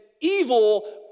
evil